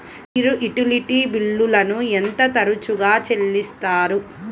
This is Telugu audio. మీరు యుటిలిటీ బిల్లులను ఎంత తరచుగా చెల్లిస్తారు?